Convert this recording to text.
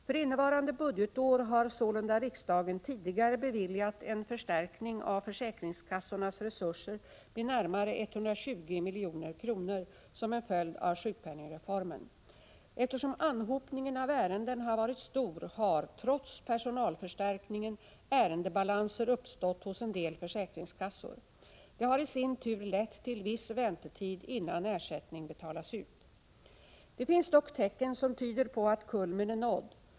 För innevarande budgetår har sålunda riksdagen tidigare beviljat en förstärkning av försäkringskassornas resurser med närmare 120 milj.kr. som en följd av sjukpenningreformen. Eftersom anhopningen av ärenden har varit stor har — trots personalförstärkningen — ärendebalanser uppstått hos en del försäkringskassor. Det har i sin tur lett till viss väntetid innan ersättning betalas ut. Det finns dock tecken som tyder på att kulmen är nådd.